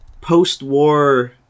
post-war